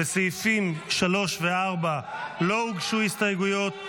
לסעיפים 3 ו-4 לא הוגשו הסתייגויות.